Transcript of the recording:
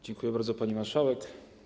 Dziękuję bardzo, pani marszałek.